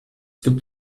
gibt